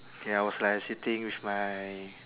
ya I was like sitting with my